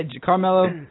Carmelo